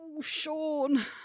Sean